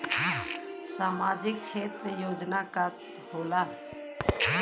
सामाजिक क्षेत्र योजना का होला?